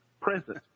present